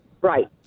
Right